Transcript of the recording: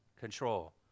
control